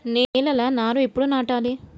నేలలా నారు ఎప్పుడు నాటాలె?